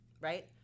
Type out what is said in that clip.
right